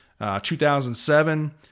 2007